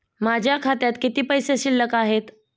माझ्या खात्यात किती पैसे शिल्लक आहेत?